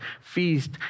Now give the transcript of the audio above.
feast